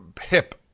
hip